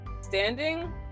standing